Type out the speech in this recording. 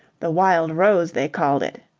the wild rose they called it,